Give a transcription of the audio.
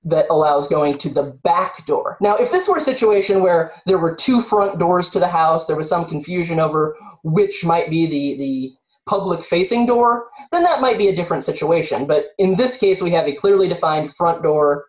that allows going to the back door now if this were a situation where there were two front doors to the house there was some confusion over which might be the public facing door and that might be a different situation but in this case we have a clearly defined